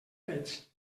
fets